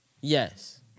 Yes